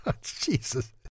Jesus